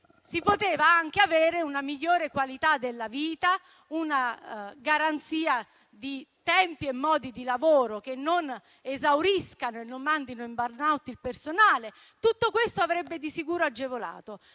di avere anche una migliore qualità della vita, una garanzia di tempi e modi di lavoro che non li esauriscano e non li mandino in *burnout*. Tutto questo avrebbe di sicuro agevolato.